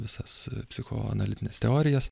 visas psichoanalitines teorijas